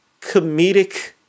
comedic